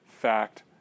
fact